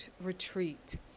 Retreat